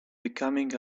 becoming